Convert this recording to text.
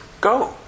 go